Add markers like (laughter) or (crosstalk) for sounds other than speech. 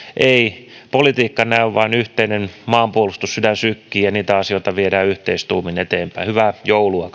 ei politiikka näy vaan yhteinen maanpuolustussydän sykkii ja niitä asioita viedään yhteistuumin eteenpäin hyvää joulua (unintelligible)